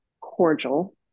cordial